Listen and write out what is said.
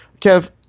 Kev